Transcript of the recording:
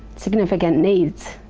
significant needs.